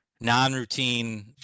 non-routine